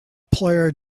player